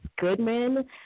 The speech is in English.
Goodman